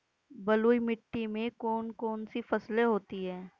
बलुई मिट्टी में कौन कौन सी फसलें होती हैं?